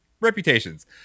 reputations